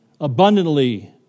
abundantly